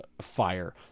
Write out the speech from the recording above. Fire